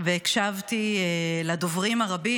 והקשבתי לדוברים הרבים,